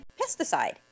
pesticide